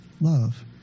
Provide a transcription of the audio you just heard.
love